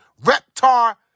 Reptar